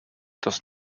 does